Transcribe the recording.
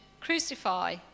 Crucify